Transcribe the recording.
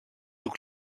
του